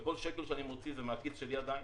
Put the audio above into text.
כל שקל שאני מוציא זה עדיין מהכסף שלי,